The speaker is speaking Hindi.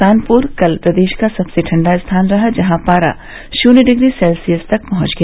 कानपुर कल प्रदेश का सबसे ठण्डा स्थान रहा जहां पारा शून्य डिग्री सेल्सियस तक पहुंच गया